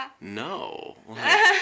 No